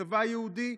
צבא יהודי,